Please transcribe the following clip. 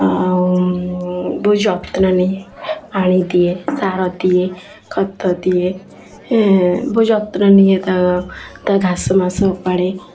ଆଉ ବହୁତ ଯତ୍ନ ନିଏ ପାଣି ଦିଏ ସାର ଦିଏ ଖତ ଦିଏ ହେଁ ବହୁତ ଯତ୍ନ ନିଏ ତା ଘାସ ମାସ ଉପାଡ଼େ